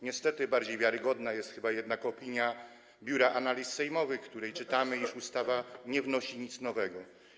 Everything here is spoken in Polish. Niestety bardziej wiarygodna jest jednak chyba opinia Biura Analiz Sejmowych, w której czytamy, iż ustawa nie wnosi nic nowego.